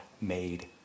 made